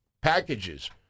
packages